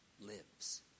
lives